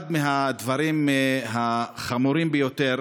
אחד מהדברים החמורים ביותר,